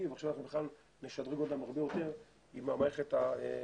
ועכשיו אנחנו נשדרג אותם הרבה יותר עם המערכת החדשה.